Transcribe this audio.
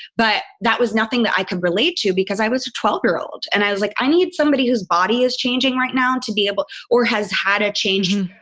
but that was nothing that i could relate to because i was a twelve year old and i was like, i need somebody whose body is changing right now to be able or has had a change,